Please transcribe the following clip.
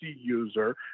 user